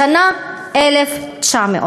השנה 1900,